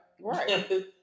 Right